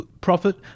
profit